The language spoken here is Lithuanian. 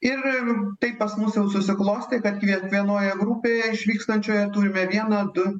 ir taip pas mus jau susiklostė kad kiekvienoje grupėje išvykstančioje turime vieną du